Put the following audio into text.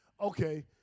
Okay